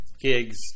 gigs